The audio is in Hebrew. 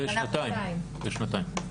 בשנתיים.